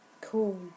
cool